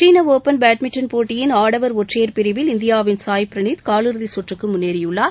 சீன open badminton போட்டியின் ஆடவர் ஒற்றையர் பிரிவில் இந்தியாவின் சாய் பிரனீத் கால் இறுதி சுற்றுக்கு முன்னேறியுள்ளார்